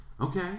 Okay